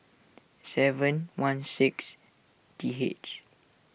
seven one six T H